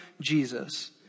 Jesus